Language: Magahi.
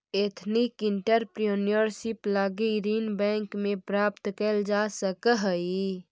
एथनिक एंटरप्रेन्योरशिप लगी ऋण बैंक से प्राप्त कैल जा सकऽ हई